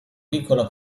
piccola